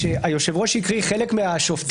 היושב-ראש הקריא ציטוטים של חלק מהשופטים